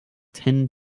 ten